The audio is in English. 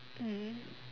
mm